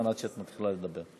מתחילת השנה.